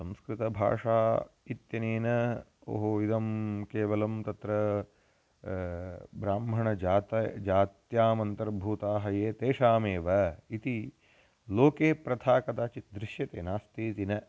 संस्कृतभाषा इत्यनेन ओः इदं केवलं तत्र ब्राह्मणजाते जात्यामन्तर्भूताः ये तेषामेव इति लोके प्रथा कदाचित् दृश्यते नास्ति इति न